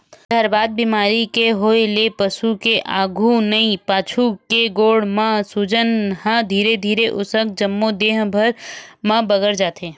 जहरबाद बेमारी के होय ले पसु के आघू के नइते पाछू के गोड़ म सूजन ह धीरे धीरे ओखर जम्मो देहे भर म बगरत जाथे